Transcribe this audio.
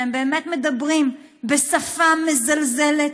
כשהם באמת מדברים בשפה מזלזלת,